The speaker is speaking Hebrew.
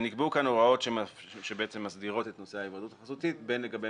נקבעו כאן הוראות שמסדירות את נושא ההיוועדות החזותית בין לגבי